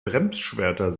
bremsschwerter